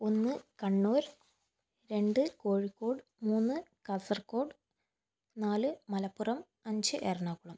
ഒന്ന് കണ്ണൂർ രണ്ട് കോഴിക്കോട് മൂന്ന് കാസർഗോഡ് നാല് മലപ്പുറം അഞ്ച് എറണാകുളം